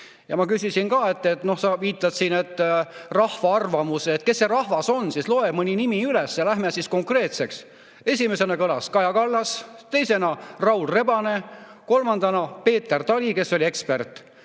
Ma küsisin ka, et kas sa viitad rahva arvamusele. Aga kes see rahvas on? Loe mõni nimi ette ja läheme konkreetseks. Esimesena kõlas Kaja Kallas, teisena Raul Rebane, kolmandana Peeter Tali, kes oli ekspert.